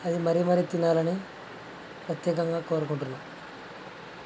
అది మరి మరి తినాలని ప్రత్యేకంగా కోరుకుంటున్నాను